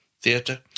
Theatre